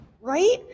Right